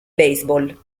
baseball